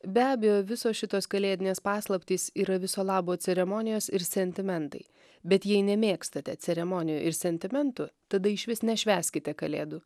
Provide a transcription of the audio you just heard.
be abejo visos šitos kalėdinės paslaptys yra viso labo ceremonijos ir sentimentai bet jei nemėgstate ceremonijų ir sentimentų tada išvis nešvęskite kalėdų